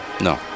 No